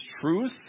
truth